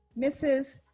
Mrs